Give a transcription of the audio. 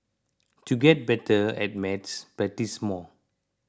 to get better at maths practise more